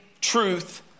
truth